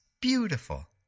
beautiful